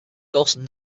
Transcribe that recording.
dawson